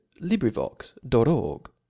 LibriVox.org